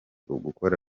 ugukora